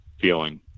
feeling